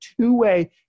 two-way